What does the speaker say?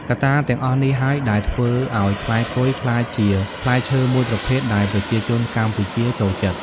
កត្តាទាំងអស់នេះហើយដែលធ្វើឱ្យផ្លែគុយក្លាយជាផ្លែឈើមួយប្រភេទដែលប្រជាជនកម្ពុជាចូលចិត្ត។